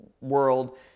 world